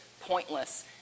pointless